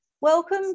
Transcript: Welcome